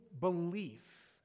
belief